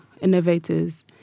innovators